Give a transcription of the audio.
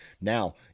Now